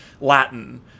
Latin